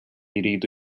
jridu